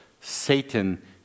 Satan